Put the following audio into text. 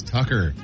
Tucker